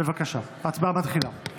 בבקשה, ההצבעה מתחילה.